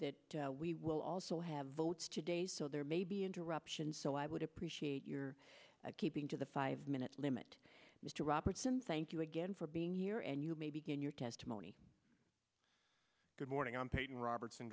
that we will also have votes today so there may be interruptions so i would appreciate your keeping to the five minute limit mr robertson thank you again for being here and you may begin your testimony good morning i'm peyton robertson